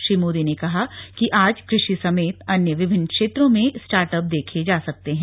श्री मोदी ने कहा कि आज कृषि समेत अन्य विभिन्न क्षेत्रों में र्स्टाटअप देखे जा सकते हैं